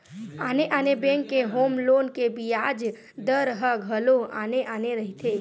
आने आने बेंक के होम लोन के बियाज दर ह घलो आने आने रहिथे